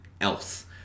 else